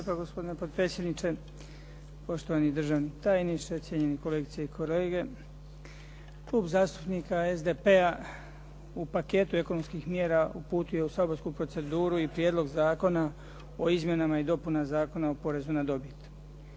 lijepa gospodine potpredsjedniče. Poštovani državni tajniče, cijenjeni kolegice i kolege. Klub zastupnika SDP-a u paketu ekonomskih mjera uputio je u saborsku proceduru i Prijedlog zakona o izmjenama i dopunama Zakona o porezu na dobit.